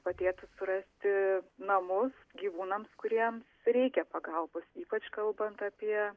padėtų surasti namus gyvūnams kuriems reikia pagalbos ypač kalbant apie